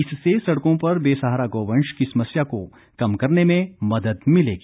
इससे सड़कों पर बेसहारा गौवंश की समस्या को कम करने में मदद मिलेगी